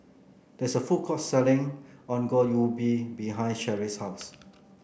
there is a food court selling Ongol Ubi behind Cherri's house